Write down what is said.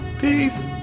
Peace